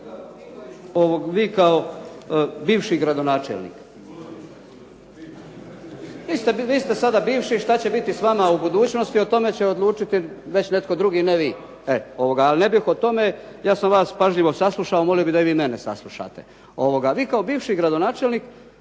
Vi kao bivši gradonačelnik, vi ste sada bivši i šta će biti s vama u budućnosti o tome će odlučiti već netko drugi, ne vi. Ali ne bih o tome, ja sam vas pažljivo saslušao, molio bih da i vi mene saslušate. Vi kao bivši gradonačelnik,